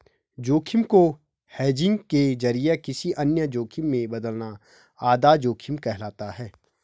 जोखिम को हेजिंग के जरिए किसी अन्य जोखिम में बदलना आधा जोखिम कहलाता है